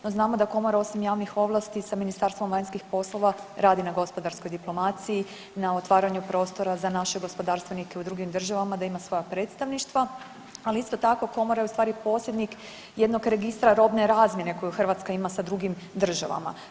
No, znamo da komora osim javnih ovlasti sa Ministarstvom vanjskih poslova radi na gospodarskoj diplomaciji, na otvaranju prostora za naše gospodarstvenike u drugim državama, da ima svoja predstavništva, ali isto tako komora je u stvari posjednik jednog registra robne razmjene koju Hrvatska ima sa drugim državama.